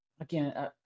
Again